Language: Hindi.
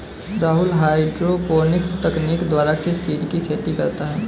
राहुल हाईड्रोपोनिक्स तकनीक द्वारा किस चीज की खेती करता है?